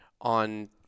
on